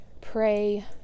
pray